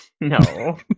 no